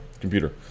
computer